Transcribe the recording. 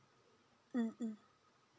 mm mm